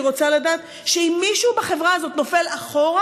רוצה לדעת שאם מישהו בחברה הזאת נופל אחורה,